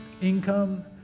income